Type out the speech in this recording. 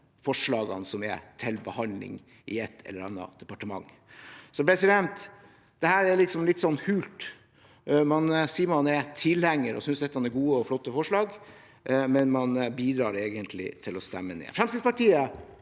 forslagene som er til behandling i et eller annet departement. Så dette er litt hult. Man sier at man er tilhenger og synes at dette er gode og flotte forslag, men man bidrar egentlig til å stemme dem ned. Fremskrittspartiet